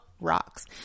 rocks